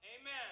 amen